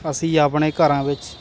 ਅਸੀਂ ਆਪਣੇ ਘਰਾਂ ਵਿੱਚ